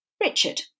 Richard